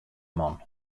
man